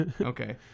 Okay